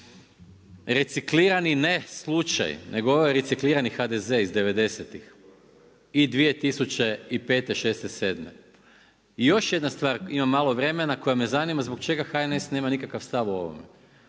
reciklirani ne slučaj, nego ovo je reciklirani HDZ iz '90.-tih i 2005., '06., '07. I još jedna stvar, imam malo vremena, koja me zanima, zbog čega HNS nema nikakav stav o ovome?